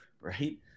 right